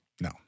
No